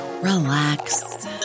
relax